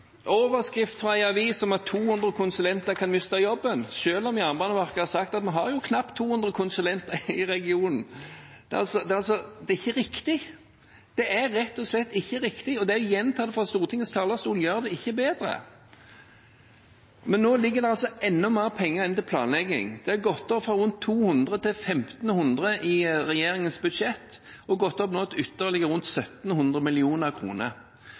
overskrift i en avis om at 200 konsulenter kan miste jobben, selv om Jernbaneverket har sagt at vi har jo knapt 200 konsulenter i regionen. Det er ikke riktig – det er rett og slett ikke riktig. Og det å gjenta det fra Stortingets talerstol gjør det ikke mer riktig. Men nå legges det altså enda mer penger inn til planlegging. Det har gått opp fra rundt 200 mill. kr til 1 500 mill. kr i regjeringens budsjett og har nå gått opp til ytterligere rundt